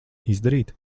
izdarīt